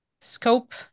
scope